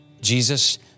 Jesus